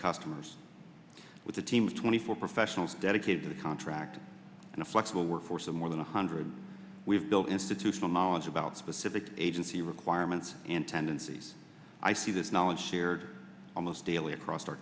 customers with a team of twenty four professionals dedicated to the contract and a flexible workforce of more than one hundred we have built institutional knowledge about specific agency requirements and tendencies i see this knowledge shared almost daily across our